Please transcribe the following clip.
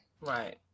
right